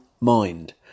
mind